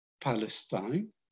Palestine